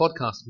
podcast